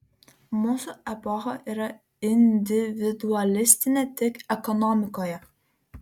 mūsų epocha yra individualistinė tik ekonomikoje